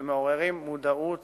שמעוררות מודעות